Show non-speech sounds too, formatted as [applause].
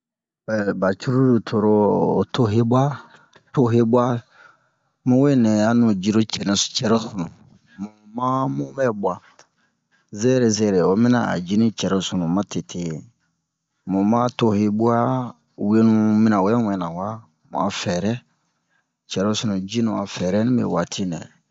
[hesitation] ba cruru coro ho tohebwa tohebwa mu we nɛ a nu jiro cɛro cɛrosunu mu ma mubɛ bwa zɛrɛ zɛrɛ o mina a ji ni cɛro sunu ma tete mu ma tohebwa wenu mina wɛ wɛna wa mu'a fɛrɛ cɛrosunu jinu a fɛrɛ nibe waati nɛ